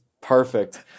perfect